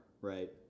right